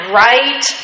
right